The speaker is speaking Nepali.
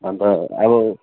अन्त अब